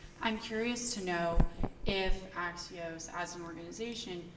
i'm curious to know if axios as an organization,